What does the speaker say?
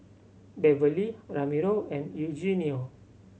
Beverly Ramiro and Eugenio